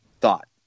thought